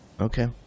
Okay